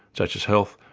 such as health,